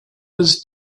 was